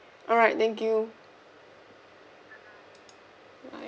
alright thank you bye